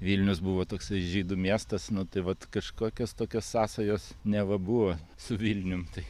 vilnius buvo toksai žydų miestas nu tai vat kažkokios tokios sąsajos neva buvo su vilnium tai